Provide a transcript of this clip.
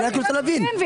רק רוצה להבין.